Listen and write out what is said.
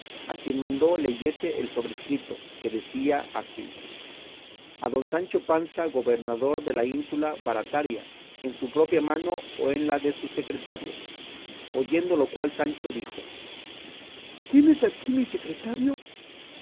a quien mandó leyese el sobreescrito que decía así a don sancho panza gobernador de la ínsula barataria en su propia mano o en las de su secretario oyendo lo cual sancho dijo quién es aquí mi secretario